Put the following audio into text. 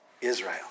Israel